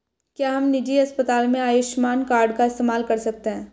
क्या हम निजी अस्पताल में आयुष्मान कार्ड का इस्तेमाल कर सकते हैं?